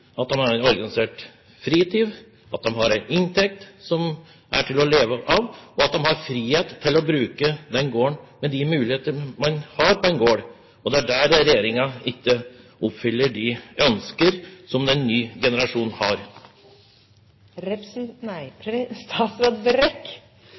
at de har en organisert fritid, at de har en inntekt som er til å leve av, og at de har frihet til å ta i bruk de muligheter man har på en gård. Det er der regjeringen ikke oppfyller de ønsker som den